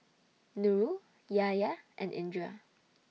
Nurul Yahya and Indra